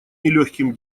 нелегким